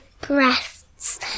breasts